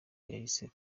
yahise